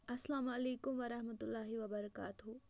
اَلسلامُ علیکُم وَرحمتہ اللہ وَبَرکاتُہہ